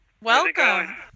Welcome